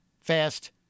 fast